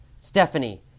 Stephanie